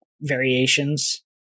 variations